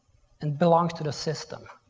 and belongs to the system.